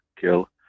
kill